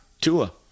Tua